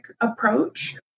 approach